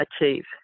achieve